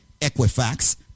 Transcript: Equifax